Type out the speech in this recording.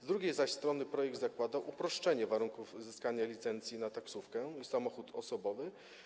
Z drugiej zaś strony projekt zakłada uproszczenie warunków uzyskania licencji na taksówkę i samochód osobowy.